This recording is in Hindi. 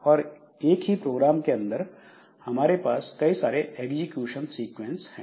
और एक ही प्रोग्राम के अंदर हमारे पास कई सारे एग्जीक्यूशन सीक्वेंस हैं